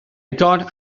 thought